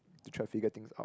to try figure things out